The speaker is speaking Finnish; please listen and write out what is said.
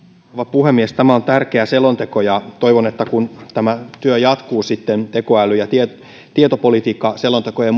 puhemies tämä on tärkeä selonteko ja toivon että kun tämä työ jatkuu tekoäly ja tietopolitiikkaselontekojen